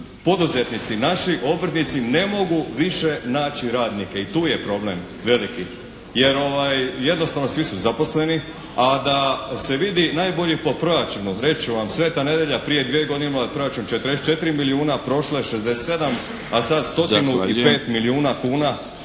poduzetnici, naši obrtnici ne mogu više naći radnike i tu je problem, veliki, jer jednostavno svi su zaposleni, a da se vidi najbolje po proračunu reći ću vam. Sveta Nedelja prije 2 godine imala je proračun 44 milijuna, u prošloj 67, a sad 105 milijuna kuna.